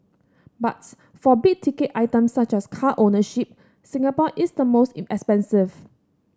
but for big ticket items such as car ownership Singapore is the most in expensive